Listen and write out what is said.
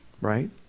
Right